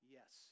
Yes